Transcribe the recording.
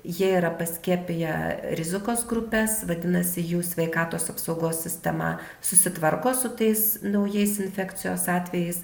jie yra paskiepiję rizikos grupes vadinasi jų sveikatos apsaugos sistema susitvarko su tais naujais infekcijos atvejis